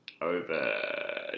over